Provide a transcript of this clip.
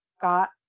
got